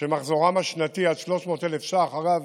שמחזורם השנתי עד 300,000 שקלים, אגב,